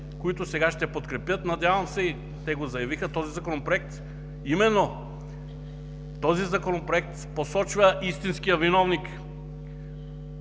които сега ще подкрепят, надявам се и те го заявиха, този Законопроект, именно той посочва истинския виновник,